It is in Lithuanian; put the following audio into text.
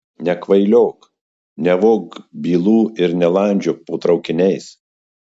nekvailiok nevok bylų ir nelandžiok po traukiniais